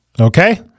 Okay